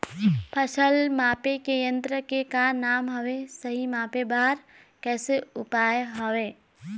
फसल मापे के यन्त्र के का नाम हवे, सही मापे बार कैसे उपाय हवे?